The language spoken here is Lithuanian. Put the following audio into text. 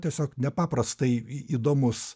tiesiog nepaprastai įdomus